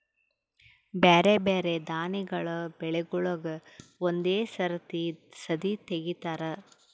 ಬ್ಯಾರೆ ಬ್ಯಾರೆ ದಾನಿಗಳ ಬೆಳಿಗೂಳಿಗ್ ಒಂದೇ ಸರತಿ ಸದೀ ತೆಗಿತಾರ